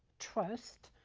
trust,